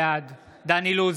בעד דן אילוז,